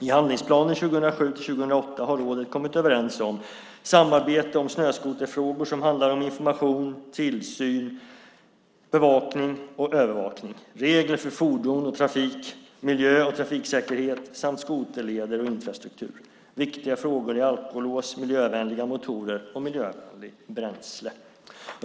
I handlingsplan 2007-2008 har rådet kommit överens om samarbete om snöskoterfrågor som handlar om information, tillsyn, bevakning och övervakning, regler för fordon och trafik, miljö och trafiksäkerhet samt skoterleder och infrastruktur. Viktiga frågor är alkolås, miljövänliga motorer och miljövänligt bränsle.